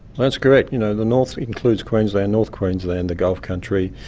that's correct. you know, the north includes queensland, north queensland, the gulf country,